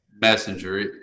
messenger